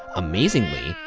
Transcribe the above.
amazingly,